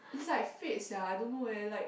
it's like fate sia I don't know eh like